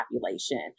population